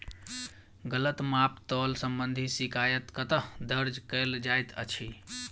गलत माप तोल संबंधी शिकायत कतह दर्ज कैल जाइत अछि?